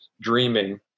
dreaming